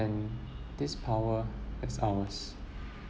and this power is ours